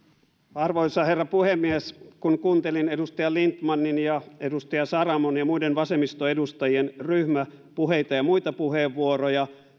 arvoisa herra puhemies kun kuuntelin edustaja lindtmanin ja edustaja saramon ja muiden vasemmistoedustajien ryhmäpuheita ja muita puheenvuoroja